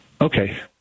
Okay